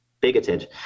bigoted